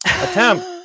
Attempt